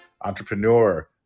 entrepreneur